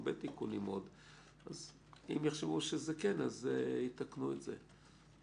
הרבה תיקונים אם יחשבו שזה כן יתקנו את זה.